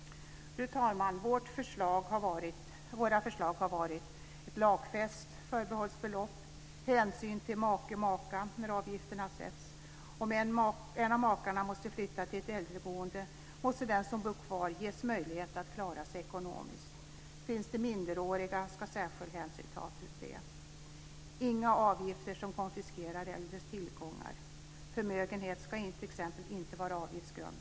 Fru talman! Vårt förslag har varit ett lagfäst förbehållsbelopp där hänsyn tas till make eller maka när avgifterna sätts. Om en av makarna måste flytta till ett äldreboende, måste den som bor kvar ges möjlighet att klara sig ekonomiskt. Finns det minderåriga, ska särskild hänsyn tas till detta. Inga avgifter som konfiskerar äldres tillgångar ska finnas. Förmögenhet ska t.ex. inte vara avgiftsgrundande.